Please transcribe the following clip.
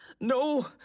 No